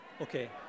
Okay